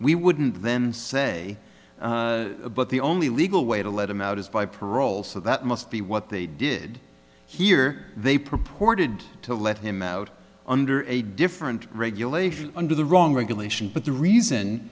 we wouldn't then say but the only legal way to let him out is by parole so that must be what they did here they purported to let him out under a different regulation under the wrong regulation but the reason